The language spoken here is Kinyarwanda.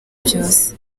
byose